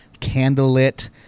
candlelit